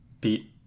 beat